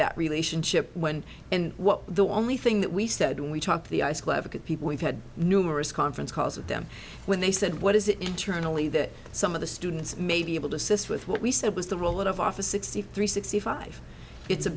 that relationship when and what the only thing that we said when we talked to the people we've had numerous conference calls with them when they said what is it internally that some of the students may be able to assist with what we said was the roll out of office sixty three sixty five it's a